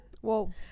whoa